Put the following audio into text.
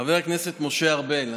חבר הכנסת משה ארבל,